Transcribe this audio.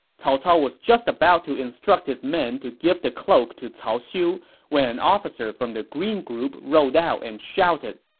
cao cao was just about to instruct his men to give the cloak to cao xiu when an officer from the green group rode out and shouted,